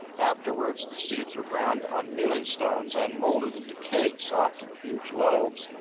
afterwards the seeds were ground on mealing-stones and molded into cakes, often huge loaves,